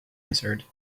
answered